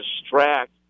distract